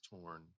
torn